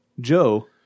Joe